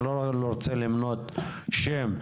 אני לא רוצה למנות שם,